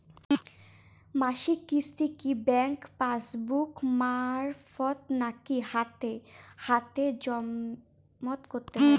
মাসিক কিস্তি কি ব্যাংক পাসবুক মারফত নাকি হাতে হাতেজম করতে হয়?